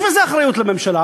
יש בזה אחריות לממשלה,